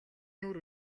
нүүр